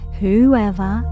whoever